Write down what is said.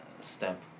step